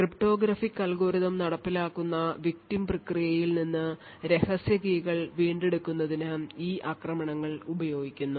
cryptographic algorithm നടപ്പിലാക്കുന്ന victim പ്രക്രിയയിൽ നിന്ന് രഹസ്യ കീകൾ വീണ്ടെടുക്കുന്നതിന് ഈ ആക്രമണങ്ങൾ ഉപയോഗിക്കുന്നു